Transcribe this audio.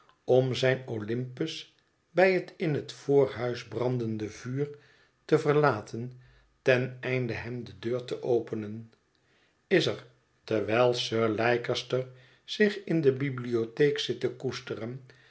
om zijn olympus bij het in het voorhuis brandende vuur te verlaten ten einde hem de deur te openen is er terwijl sir leicester zich in de bibliotheek zit te koesteren